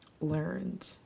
learned